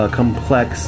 complex